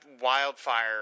Wildfire